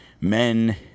Men